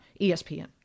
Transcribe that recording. ESPN